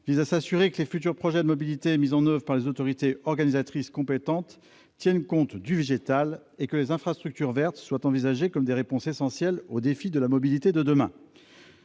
de s'assurer que les futurs projets de mobilité mis en oeuvre par les autorités organisatrices compétentes tiendront compte du végétal et que les infrastructures vertes seront envisagées comme des réponses essentielles aux défis de la mobilité de demain.